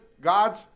God's